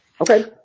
Okay